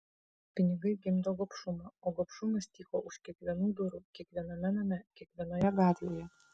pinigai gimdo gobšumą o gobšumas tyko už kiekvienų durų kiekviename name kiekvienoje gatvėje